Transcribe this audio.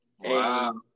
Wow